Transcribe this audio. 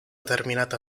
terminata